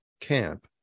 camp